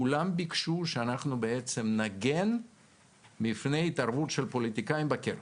כולם ביקשו שאנחנו נגן מפני התערבות של פוליטיקאים בקרן.